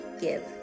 give